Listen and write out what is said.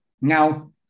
Now